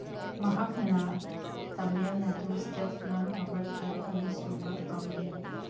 ꯃꯍꯥꯛꯅ Tamil Nadu state film ꯑꯦꯋꯥꯔꯠꯇ ꯑꯅꯤꯁꯨꯕ ꯐꯪꯂꯤ